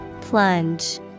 Plunge